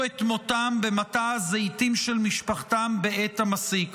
את מותם במטע הזיתים של משפחתם בעת המסיק.